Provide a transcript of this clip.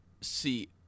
See